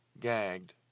gagged